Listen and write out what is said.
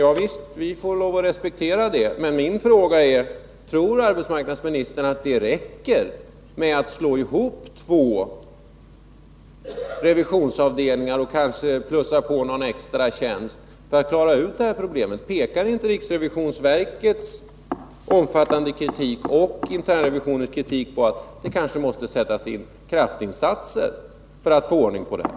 Ja visst, vi får lov att respektera det, men min fråga är: Tror arbetsmarknadsministern att det räcker med att slå ihop två revisionsavdelningar och kanske plussa på någon extra tjänst för att klara problemen? Pekar inte riksrevisionsverkets omfattande kritik och internrevisionens kritik på att det kanske måste sättas in kraftinsatser för att få ordning på det här?